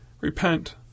Repent